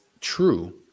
true